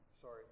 sorry